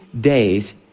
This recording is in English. days